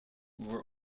were